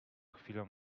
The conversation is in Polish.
chwilę